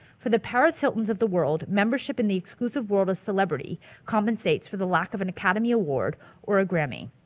for the paris hilton's of the world, membership in the exclusive world of celebrity compensates for the lack of an academy award or a grammy.